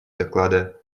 доклада